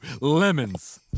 lemons